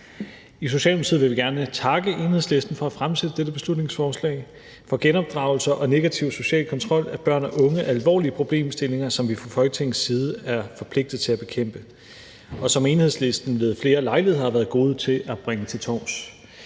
I Socialdemokratiet vil vi gerne takke Enhedslisten for at fremsætte dette beslutningsforslag, for genopdragelse og negativ social kontrol af børn og unge er alvorlige problemstillinger, som vi fra Folketingets side er forpligtet til at bekæmpe, og som Enhedslisten ved flere lejligheder har været gode til at bringe til torvs.